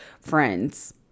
friends